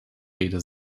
rede